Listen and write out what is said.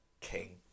king